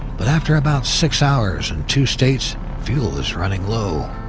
but after about six hours and two states, fuel is running low.